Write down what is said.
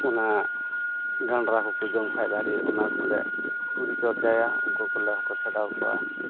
ᱚᱱᱟ ᱜᱟᱸᱰᱨᱟ ᱠᱚᱠᱚ ᱡᱚᱢ ᱠᱷᱟᱡ ᱫᱟᱨᱮ ᱚᱱᱟ ᱠᱚᱞᱮ ᱯᱚᱨᱤᱪᱚᱨᱡᱟᱭᱟ ᱩᱱᱠᱩ ᱠᱚᱞᱮ ᱦᱚᱴᱚᱨ ᱪᱷᱟᱰᱟᱣ ᱠᱚᱣᱟ